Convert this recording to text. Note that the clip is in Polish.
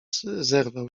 zerwał